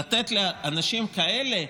לתת לאנשים כאלה,